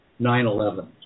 9/11